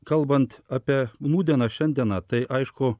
kalbant apie nūdieną šiandieną tai aišku